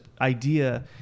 idea